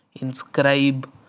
Inscribe